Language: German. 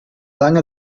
lange